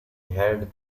held